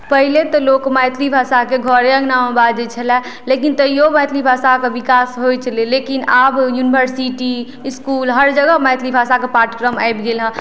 पहिले तऽ लोक मैथिली भाषाके घरे अंगनामे बाजै छलै लेकिन तैयो मैथिली भाषाके बिकास होइ छलै लेकिन आब युनवर्सिटी इसकुल हर जगह मैथिली भाषाके पाठ्यक्रम आबि गेल हइ